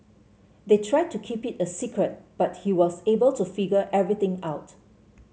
they tried to keep it a secret but he was able to figure everything out